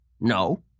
No